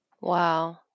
Wow